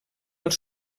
els